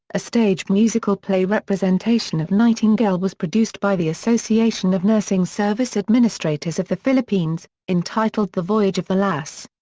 a stage musical play representation of nightingale was produced by the association of nursing service administrators of the philippines, entitled the voyage of the lass.